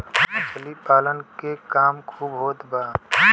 मछली पालन के काम खूब होत बा